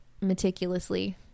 meticulously